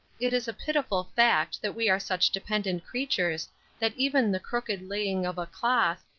it is a pitiful fact that we are such dependent creatures that even the crooked laying of a cloth,